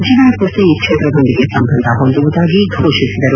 ಜೀವನಪೂರ್ತಿ ಈ ಕ್ಷೇತ್ರದೊಂದಿಗೆ ಸಂಬಂಧ ಹೊಂದುವುದಾಗಿ ಘೋಷಿಸಿದರು